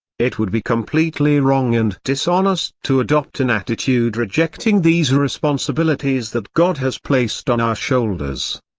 it would be completely wrong and dishonest to adopt an attitude rejecting these responsibilities that god has placed on our shoulders.